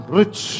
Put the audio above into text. rich